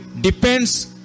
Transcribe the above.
depends